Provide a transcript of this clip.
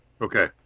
Okay